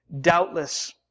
Doubtless